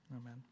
amen